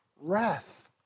wrath